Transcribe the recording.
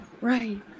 Right